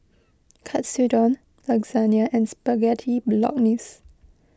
Katsudon Lasagna and Spaghetti Bolognese